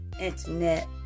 internet